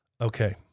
Okay